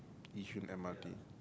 yishun m_r_t